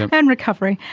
and and recovery,